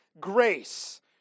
grace